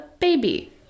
Baby